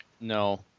No